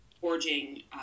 forging